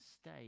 stay